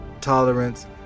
tolerance